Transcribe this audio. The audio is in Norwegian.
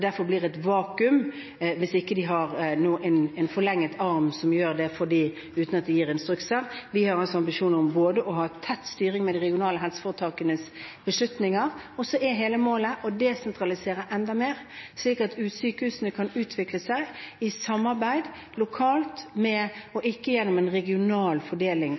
derfor ble et vakuum hvis den ikke hadde en forlenget arm som man ga instrukser. Vi har en ambisjon om å ha tett styring av de regionale helseforetakenes beslutninger. Så er hele målet å desentralisere enda mer, slik at sykehusene kan utvikles i samarbeid lokalt og ikke gjennom en regional fordeling